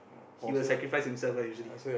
he will sacrifice himself lah usually